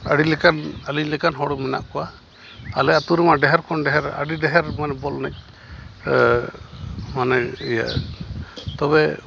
ᱟ ᱰᱤ ᱞᱮᱠᱟᱱ ᱟᱹᱞᱤᱧ ᱞᱮᱠᱟᱱ ᱦᱚᱲ ᱢᱮᱱᱟᱜ ᱠᱚᱣᱟ ᱟᱞᱮ ᱟᱹᱛᱩᱨᱮᱢᱟ ᱰᱷᱮᱨ ᱠᱷᱚᱱ ᱰᱷᱮᱨ ᱟᱹᱰᱤ ᱰᱷᱮᱨ ᱢᱟᱱᱮ ᱵᱚᱞ ᱮᱱᱮᱡ ᱢᱟᱱᱮ ᱤᱭᱟᱹ ᱛᱚᱵᱮ